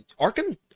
Arkham